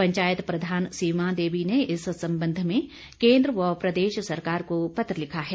पंचायत प्रधान सीमा देवी ने इस संबंध में केन्द्र व प्रदेश सरकार को पत्र लिखा है